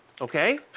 Okay